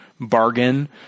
bargain